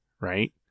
Right